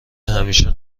همیشه